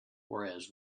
whereas